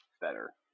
better